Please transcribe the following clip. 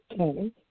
Okay